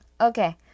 Okay